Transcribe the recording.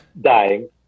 dying